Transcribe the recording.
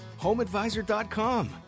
HomeAdvisor.com